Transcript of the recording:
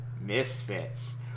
Misfits